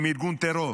עם ארגון טרור.